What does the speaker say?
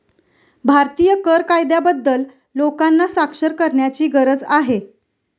भारतीय कर कायद्याबद्दल लोकांना साक्षर करण्याची गरज आहे